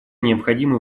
необходимо